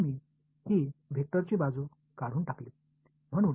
எனவே இது வெக்டரின் பக்கத்தை அகற்ற வேண்டும்